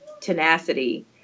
tenacity